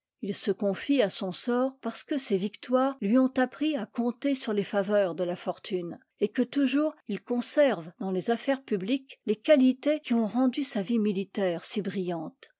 il se conse à son sort parce que ses victoires lui ont appris à compter sur les faveurs de la fortune et que toujours il conserve dans les affaires publiques les qualités qui ont rendu sa vie militaire si brillante